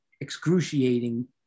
excruciating